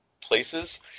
places